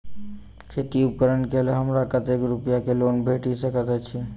खेती उपकरण केँ लेल हमरा कतेक रूपया केँ लोन भेटि सकैत अछि?